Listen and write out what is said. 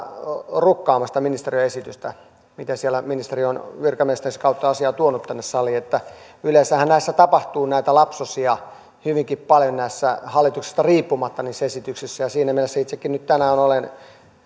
rukkaamaan sitä ministeriön esitystä miten ministeri on virkamiestensä kautta asiaa tuonut tänne saliin yleensähän näissä esityksissä tapahtuu lapsuksia hyvinkin paljon hallituksesta riippumatta siinä mielessä itsekin olen